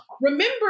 Remember